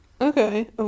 Okay